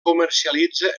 comercialitza